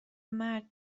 مرد